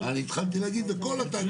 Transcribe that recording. התשנ"ה-1995.